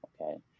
Okay